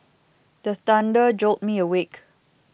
the thunder jolt me awake